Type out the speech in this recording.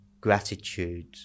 gratitude